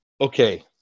Okay